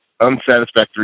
unsatisfactory